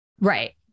Right